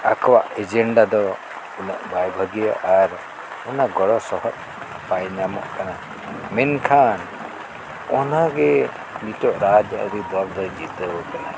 ᱟᱠᱚᱣᱟᱜ ᱮᱡᱮᱱᱰᱟ ᱫᱚ ᱩᱱᱟᱹᱜ ᱵᱟᱭ ᱵᱷᱟᱹᱜᱤᱭᱟ ᱟᱨ ᱚᱱᱟ ᱜᱚᱲᱚ ᱥᱚᱦᱚᱫ ᱵᱟᱭ ᱧᱟᱢᱚᱜ ᱠᱟᱱᱟ ᱢᱮᱱᱠᱷᱟᱱ ᱚᱱᱟᱜᱮ ᱱᱤᱛᱳᱜ ᱨᱟᱡᱽ ᱟᱹᱨᱤ ᱫᱚᱞ ᱫᱚᱭ ᱡᱤᱛᱟᱹᱣ ᱠᱟᱱᱟ